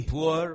Poor